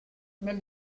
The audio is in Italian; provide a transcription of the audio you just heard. nel